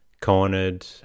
cornered